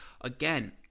again